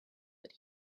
that